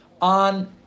on